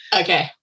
Okay